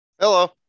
Hello